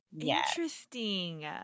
Interesting